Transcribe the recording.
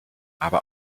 aber